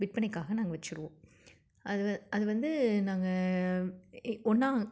விற்பனைக்காக நாங்கள் வச்சிருவோம் அது அது வந்து நாங்கள் எ ஒன்றா